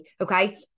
okay